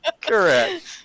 Correct